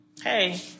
hey